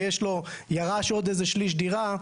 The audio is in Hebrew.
ואז הוא ירש שליש דירה,